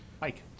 Mike